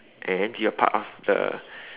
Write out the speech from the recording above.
and you are part of the